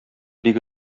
бик